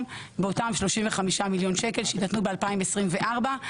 באותם 35 מיליון שקלים שיינתנו ב-2024,